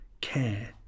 care